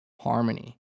harmony